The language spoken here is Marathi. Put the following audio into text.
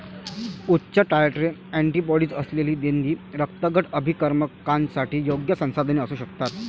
उच्च टायट्रे अँटीबॉडीज असलेली देणगी रक्तगट अभिकर्मकांसाठी योग्य संसाधने असू शकतात